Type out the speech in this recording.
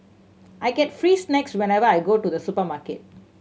I get free snacks whenever I go to the supermarket